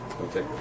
Okay